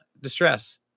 distress